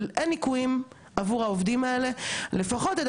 לפחות עד ה-7 במאי שזה פורסם,